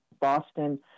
Boston